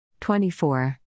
24